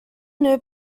new